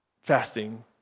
fasting